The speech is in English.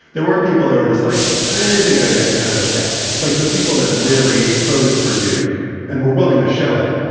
there weren't people. there were just like i think that guy's kind of okay. like the people that really voted for duke and were willing to show it,